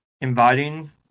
inviting